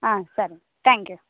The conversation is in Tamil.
ஆ சரிங்க தேங்க் யூ